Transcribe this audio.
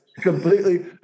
completely